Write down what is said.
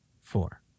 four